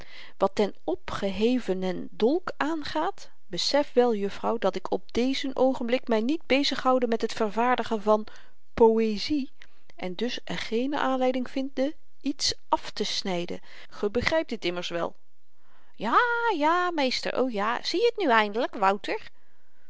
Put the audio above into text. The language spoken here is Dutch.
wat dèn opgehevenèn dolk aangaat besef wel juffrouw dat ik op dezen oogenblik my niet bezig houde met het vervaardigen van poëzie en dus geene aanleiding vinde iets aftesnyden ge begrypt dit immers wel ja ja meester o ja zie je t nu eindelyk wouter